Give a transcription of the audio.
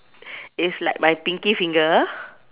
it's like my pinkie finger